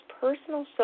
personal